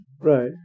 Right